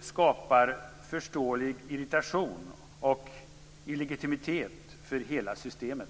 skapar förståelig irritation och illegitimitet för hela systemet.